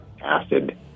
acid